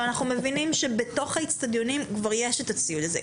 אנחנו מבינים שבתוך האצטדיונים כבר יש את הציוד הזה,